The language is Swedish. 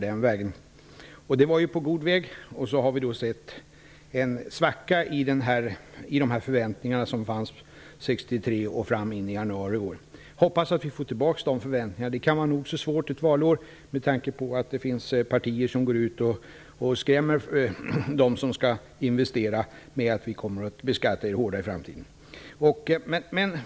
Det var på god väg. Sedan blev det en svacka i förväntningarna i januari i år. Vi får hoppas att förväntningarna kommer tillbaka. Det kan vara nog så svårt i ett valår med tanke på att det finns partier som skrämmer dem som skall investera med att de kommer att beskattas hårdare i framtiden.